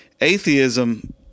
Atheism